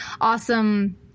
awesome